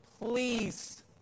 Please